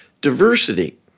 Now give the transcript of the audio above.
diversity